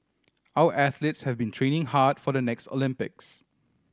our athletes have been training hard for the next Olympics